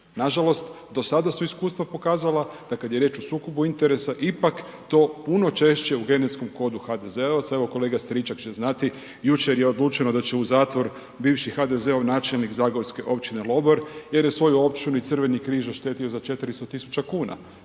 Nažalost, do sada su iskustva pokazala da kada je riječ o sukobu interesa ipak to puno češće u genetskom kodu HDZ-ovaca, evo kolega Stričak će znati jučer je odlučeno da u zatvor bivši HDZ-ov načelnik zagorske općine Lobor jer je svoju općinu i Crveni križ oštetio za 400.000 kuna.